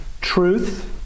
truth